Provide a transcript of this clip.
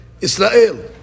Israel